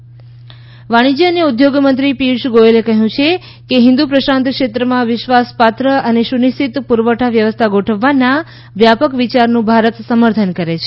ગોયલ ભારત પ્રશાંત વાણિજ્ય અને ઉદ્યોગમંત્રી પિયૂષ ગોયલે કહ્યું છે કે હિન્દુ પ્રશાંત ક્ષેત્રમાં વિશ્વાસપાત્ર અને સુનિશ્ચિત પુરવઠા વ્યવસ્થા ગોઠવવાના વ્યાપક વિચારનું ભારત સમર્થન કરે છે